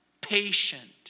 patient